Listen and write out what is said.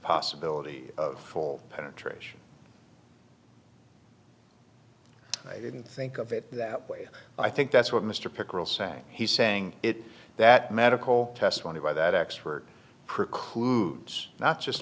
possibility of parole penetration i didn't think of it that way i think that's what mr pickerel say he's saying it that medical testimony by that expert precludes not just